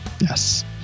Yes